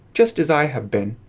just as i have been.